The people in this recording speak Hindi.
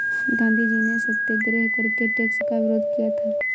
गांधीजी ने सत्याग्रह करके टैक्स का विरोध किया था